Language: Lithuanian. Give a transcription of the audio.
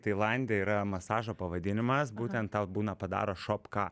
tailande yra masažo pavadinimas būtent tau būna padaro šopka